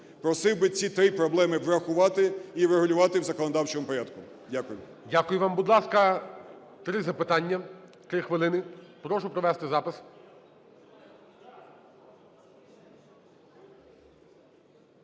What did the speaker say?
Просив би ці три проблеми врахувати і врегулювати в законодавчому порядку. Дякую. ГОЛОВУЮЧИЙ. Дякую вам. Будь ласка, три запитання – 3 хвилини. Прошу провести запис.